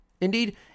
Indeed